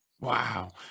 wow